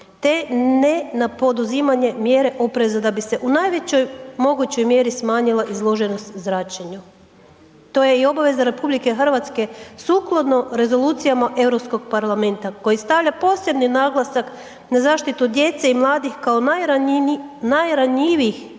te ne na poduzimanje mjere opreza da bi se u najvećoj mogućoj mjeri smanjila izloženost zračenja, to je i obaveza RH sukladno rezoluciji Europskog parlamenta koji stavlja posebni naglasak na zaštitu djece i mladih kao najranjivijih